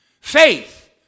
Faith